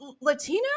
Latino